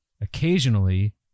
occasionally